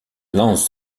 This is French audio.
lance